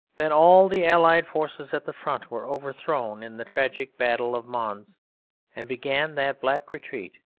then all the allied forces at the front were overthrown in the tragic battle of mons and began that black retreat,